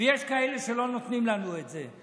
ויש כאלה שלא נותנים לנו את זה.